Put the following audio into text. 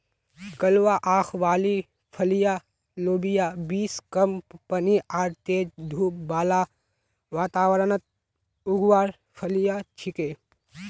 कलवा आंख वाली फलियाँ लोबिया बींस कम पानी आर तेज धूप बाला वातावरणत उगवार फलियां छिके